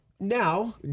Now